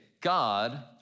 God